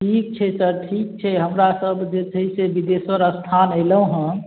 ठीक छै तऽ ठीक छै हमरा सब जे छै से बिदेसर अस्थान अएलहुँ हँ